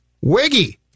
Wiggy